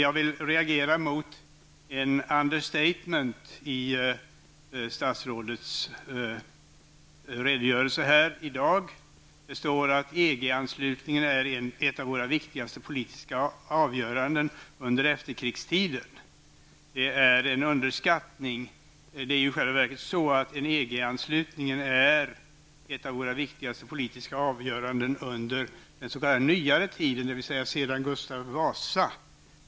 Jag reagerar mot ett understatement i statsrådet redogörelse här i dag. Det står i deklarationen att EG-anslutningen är ett av våra viktigaste politiska avgöranden under efterkrigstiden. Det är en underskattning. I själva verket är frågan om EG anslutningen ett av våra viktigaste politiska avgöranden under den s.k. nya tiden, dvs. sedan Gustav Vasa.